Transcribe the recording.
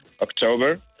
October